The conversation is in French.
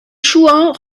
chouans